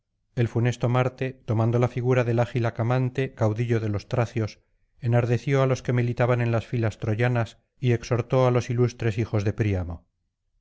el funesto marte tomando la figura del ágil acamante caudillo de los tracios enardeció á los que militaban en las filas troyanas y exhortó á los ilustres hijos de príamo